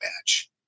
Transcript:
match